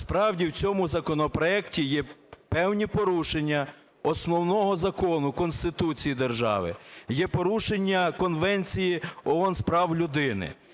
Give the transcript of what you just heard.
Справді, в цьому законопроекті є певні порушення Основного Закону - Конституції держави. Є порушення Конвенції ООН з прав людини.